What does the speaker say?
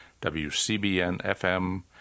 WCBN-FM